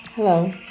Hello